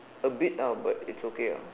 a bit ah but it's okay ah